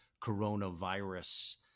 coronavirus